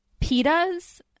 pitas